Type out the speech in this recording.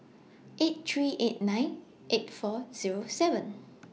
eight three eight nine eight four Zero seven